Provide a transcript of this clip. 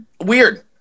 Weird